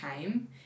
time